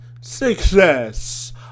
success